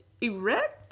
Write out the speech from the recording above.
erect